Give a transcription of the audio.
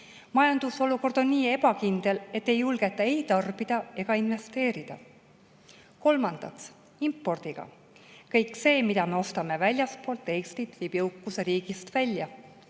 Majandusolukord on nii ebakindel, et ei julgeta ei tarbida ega investeerida. Kolmandaks, impordiga. Kõik see, mida me ostame väljastpoolt Eestit, viib jõukuse riigist välja.